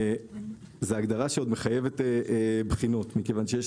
זו הגדרה שעוד מחייבת בחינות מכיוון שיש